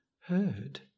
heard